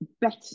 better